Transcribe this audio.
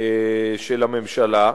של הממשלה: